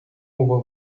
over